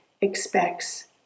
expects